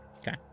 Okay